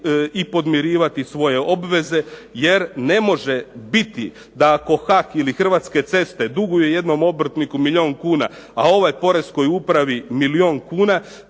i podmirivati svoje obveze, jer ne može biti da ako HAK ili Hrvatske ceste duguju jednom obrtniku milijun kuna, a ovaj porez koji upravi milijun kuna